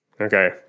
Okay